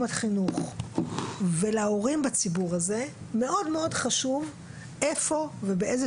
החינוך ולהורים בציבור הזה מאוד מאוד חשוב איפה ובאיזו